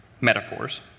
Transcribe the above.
metaphors